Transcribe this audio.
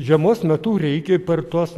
žiemos metu reikia per tuos